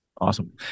awesome